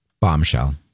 bombshell